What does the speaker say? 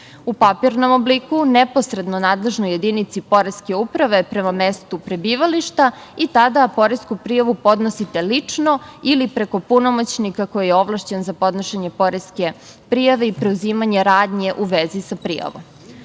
U papirnom obliku neposredno nadležnoj jedinici poreske uprave prema mestu prebivališta i tada poresku prijavu podnosite lično ili preko punomoćnika koji je ovlašćen za podnošenje poreske prijave i preuzimanje radnje u vezi sa prijavom.U